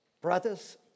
brothers